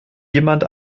jemand